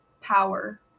power